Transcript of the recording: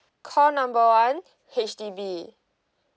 call number one H_D_B